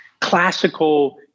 classical